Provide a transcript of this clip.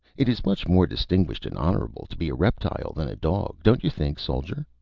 it is much more distinguished and honorable to be a reptile than a dog, don't you think, soldier?